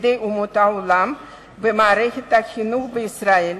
לחסידי אומות העולם במערכת החינוך בישראל,